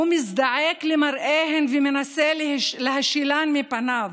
הוא מזדעק למראיהן ומנסה להשילן מפניו.